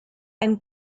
and